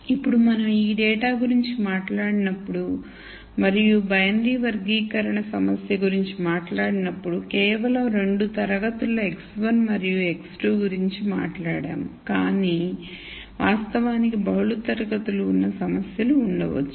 ఇప్పుడు మనం ఈ డేటా గురించి మాట్లాడినప్పుడు మరియు బైనరీ వర్గీకరణ సమస్య గురించి మాట్లాడినప్పుడు కేవలం 2 తరగతుల x1 మరియు x2 గురించి మాట్లాడాము కాని వాస్తవానికి బహుళ తరగతులు ఉన్నసమస్యలు ఉండవచ్చు